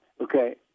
Okay